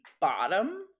bottom